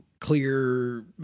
Clear